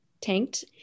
tanked